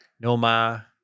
Noma